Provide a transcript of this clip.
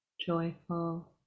joyful